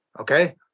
Okay